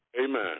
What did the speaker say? Amen